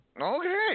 Okay